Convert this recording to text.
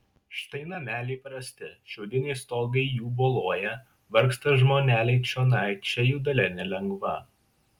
štai nameliai prasti šiaudiniai stogai jų boluoja vargsta žmoneliai čionai čia jų dalia nelengva